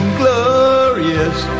glorious